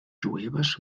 jueves